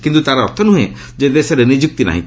କିନ୍ତୁ ତା'ର ଅର୍ଥ ନୁହେଁ ଯେ ଦେଶରେ ନିଯୁକ୍ତି ନାହିଁ